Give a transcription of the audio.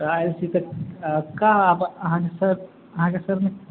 तऽ आयल छी तऽ का अहाँकेँ शहरमे